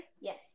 Yes